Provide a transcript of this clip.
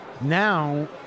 Now